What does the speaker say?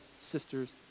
sisters